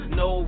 no